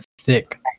thick